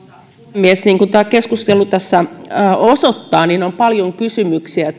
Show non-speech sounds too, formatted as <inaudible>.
puhemies niin kuin tämä keskustelu tässä osoittaa on paljon kysymyksiä <unintelligible>